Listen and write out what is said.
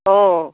অঁ